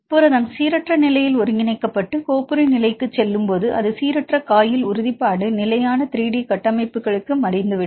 புரதம் சீரற்ற நிலையில் ஒருங்கிணைக்கப்பட்டு கோப்புறை நிலைக்குச் செல்லும் போது அது சீரற்ற காயில் உறுதிப்பாடு நிலையான 3D கட்டமைப்புகளுக்கு மடிந்துவிடும்